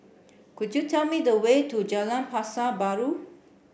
could you tell me the way to Jalan Pasar Baru